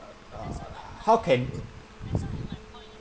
uh how can